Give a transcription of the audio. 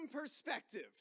perspective